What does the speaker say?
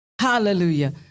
Hallelujah